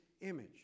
image